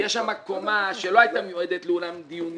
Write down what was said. יש שם קומה שלא הייתה מיועדת לאולם דיונים,